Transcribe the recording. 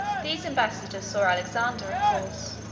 these embassadors saw alexander, of course,